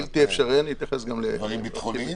אני אתייחס גם לזה.